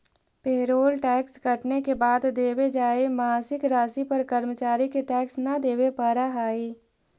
payroll tax कटने के बाद देवे जाए मासिक राशि पर कर्मचारि के टैक्स न देवे पड़ा हई